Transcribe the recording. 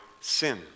sin